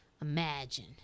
imagine